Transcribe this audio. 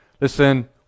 listen